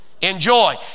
Enjoy